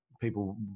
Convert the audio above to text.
people